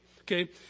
Okay